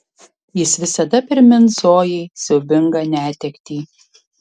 jis visada primins zojai siaubingą netektį